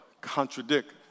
contradict